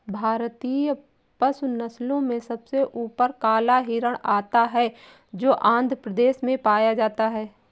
भारतीय पशु नस्लों में सबसे ऊपर काला हिरण आता है जो आंध्र प्रदेश में पाया जाता है